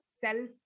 self